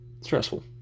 stressful